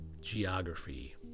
geography